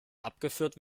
abgeführt